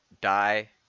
die